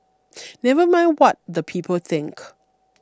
never mind what the people think